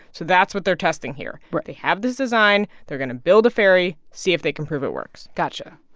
so that's what they're testing here right they have this design. they're going to build a ferry, see if they can prove it works gotcha.